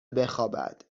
بخوابد